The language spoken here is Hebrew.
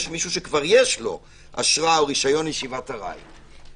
מישהו שכבר יש לו אשרה או רשיון לישיבת ארעי,